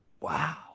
Wow